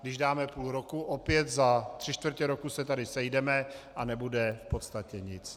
Když dáme půl roku, opět za tři čtvrtě roku se tady sejdeme a nebude v podstatě nic.